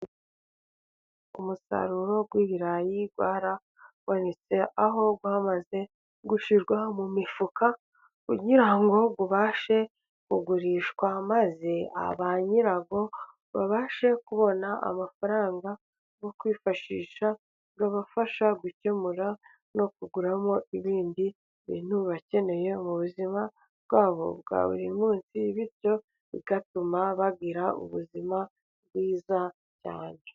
Umusaruro w'ibirayi warabonetse, aho wamaze gushyirwa mu mifuka kugira ngo ubashe kugurishwa, maze ba nyirawo babashe kubona amafaranga yo kwifashisha, abafasha gukemura no kuguramo ibindi bintu bakeneye mu buzima bwabo bwa buri munsi, bityo bigatuma bagira ubuzima bwiza cyane.